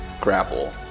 grapple